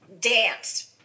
dance